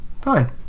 Fine